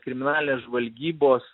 kriminalinės žvalgybos